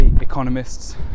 economists